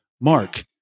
Mark